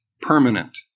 permanent